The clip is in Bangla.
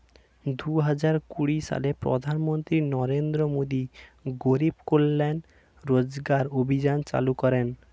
দুহাজার কুড়ি সালে প্রধানমন্ত্রী নরেন্দ্র মোদী গরিব কল্যাণ রোজগার অভিযান চালু করেন